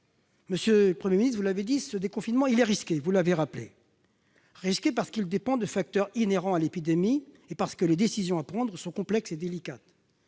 Monsieur le Premier ministre, vous l'avez souligné, ce déconfinement est risqué. Il est risqué, parce qu'il dépend de facteurs inhérents à l'épidémie et parce que les décisions à prendre sont complexes, et délicates.